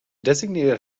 designated